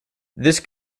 this